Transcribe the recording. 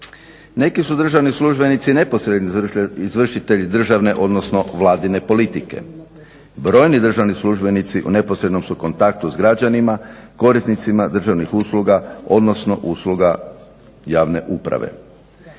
Neki su državni službenici neposredni izvršitelji državne, odnosno vladine politike. Brojni državni službenici u neposrednom su kontaktu s građanima, korisnicima državnih usluga, odnosno usluga javne uprave.